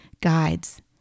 guides